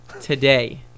today